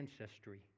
ancestry